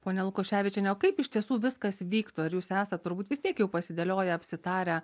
ponia lukoševičiene o kaip iš tiesų viskas vyktų ar jūs esat turbūt vis tiek jau pasidėlioję apsitarę